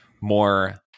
more